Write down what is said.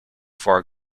far